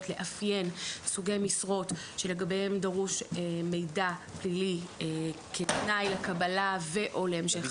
לאפיין סוגי משרות שדרוש לגביהן מידע פלילי כתנאי לקבלה ו/או להמשך